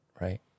right